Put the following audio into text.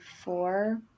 four